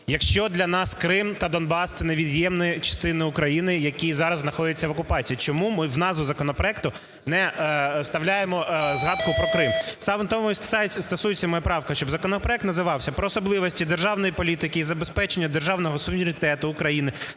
якщо для нас Крим та Донбас – це невід'ємні частини України, які зараз знаходяться в окупації, чому ми в назву законопроекту не вставляємо згадку про Крим? Саме того і стосується моя правка, щоб законопроект називався "Про особливості державної політики і забезпечення державного суверенітету України